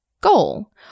goal